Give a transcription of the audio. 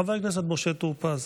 חבר הכנסת משה טור פז,